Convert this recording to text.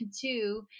Two